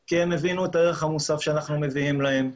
כי הם הבינו את הערך המוסף שאנחנו מביאים להם.